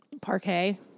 Parquet